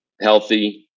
healthy